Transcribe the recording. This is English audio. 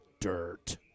Dirt